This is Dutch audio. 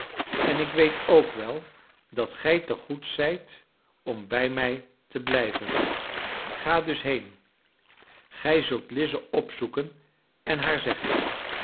en ik weet ook wel dat gij te goed zijt om bij mij te blijven ga dus heen gij zult lize opzoeken en haar zeggen